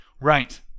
right